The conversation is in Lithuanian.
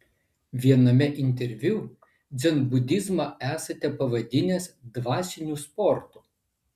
viename interviu dzenbudizmą esate pavadinęs dvasiniu sportu